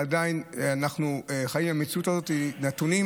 כל זמן שאנחנו חיים במציאות הזאת אלה נתונים